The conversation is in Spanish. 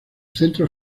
centro